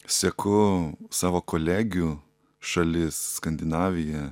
seku savo kolegių šalis skandinaviją